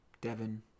Devon